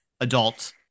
adult